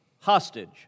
hostage